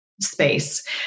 space